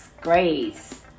grace